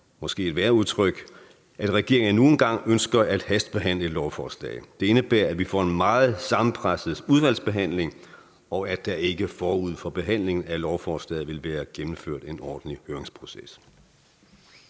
måske et værre udtryk – at regeringen endnu en gang ønsker at hastebehandle et lovforslag. Det indebærer, at vi får en meget sammenpresset udvalgsbehandling, og at der ikke forud for behandlingen af lovforslaget vil være gennemført en ordentlig høringsproces.